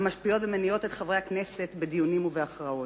המשפיעות ומניעות את חברי הכנסת בדיונים ובהכרעות.